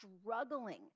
struggling